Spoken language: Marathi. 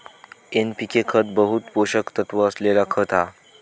एनपीके खत बहु पोषक तत्त्व असलेला खत हा